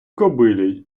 кобилі